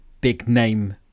big-name